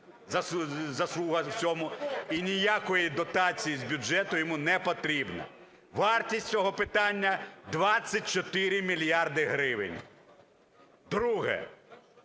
і ніякої дотації з бюджету йому не потрібно. Вартість цього питання – 24 мільярди гривень. Друге.